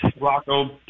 Rocco